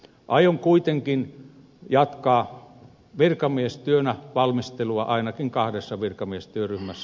aion kuitenkin jatkaa virkamiestyönä valmistelua ainakin kahdessa virkamiestyöryhmässä